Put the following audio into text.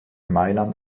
mailand